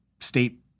state